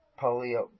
polio